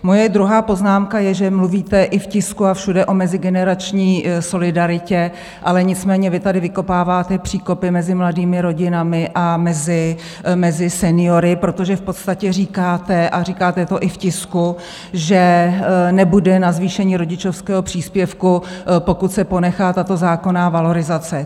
Moje druhá poznámka je, že mluvíte i v tisku a všude o mezigenerační solidaritě, ale nicméně vy tady vykopáváte příkopy mezi mladými rodinami a seniory, protože v podstatě říkáte, a říkáte to i v tisku, že nebude na zvýšení rodičovského příspěvku, pokud se ponechá tato zákonná valorizace.